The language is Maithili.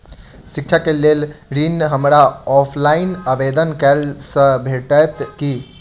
शिक्षा केँ लेल ऋण, हमरा ऑफलाइन आवेदन कैला सँ भेटतय की?